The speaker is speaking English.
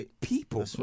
people